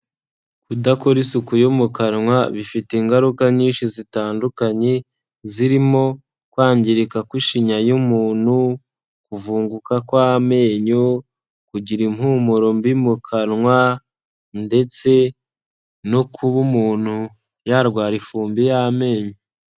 Kudakora isuku yo mu kanwa bifite ingaruka nyinshi zitandukanye zirimo: kwangirika kw'ishinya y'umuntu, kuvunguka kw'amenyo, kugira impumuro mbi mu kanwa, ndetse no kuba umuntu yarwara ifumbi y'amenyo.